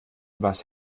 was